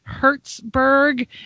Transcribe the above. Hertzberg